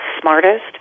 smartest